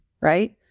right